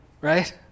right